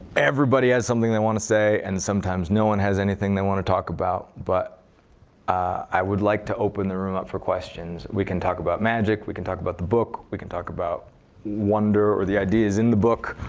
everybody has something they want to say. and sometimes no one has anything they want to talk about. but i would like to open the room up for questions. we can talk about magic. we can talk about the book. we can talk about wonder or the ideas in the book.